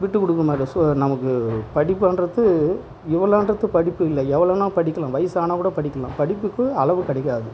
விட்டுக் கொடுக்க மாட்டோம் ஸோ நமக்கு படிப்புன்றது இவ்வளோன்றது படிப்பு இல்லை எவ்வளோணா படிக்கலாம் வயது ஆனால் கூட படிக்கலாம் படிப்புக்கு அளவு கிடையாது